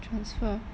transfer